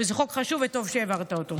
זה חוק חשוב, וטוב שהעברת אותו.